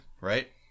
right